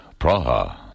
Praha